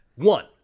One